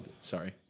sorry